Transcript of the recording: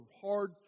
hard